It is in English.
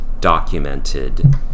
documented